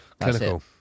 Clinical